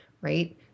right